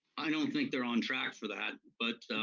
i don't think they're on track for that, but